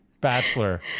Bachelor